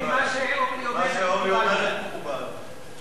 אני, מה שאורלי אומרת, מקובל עלי.